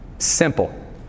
Simple